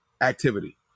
activity